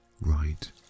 right